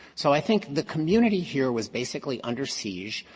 so i think the community here was basically under siege.